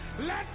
let